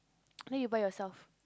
then you buy yourself